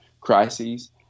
crises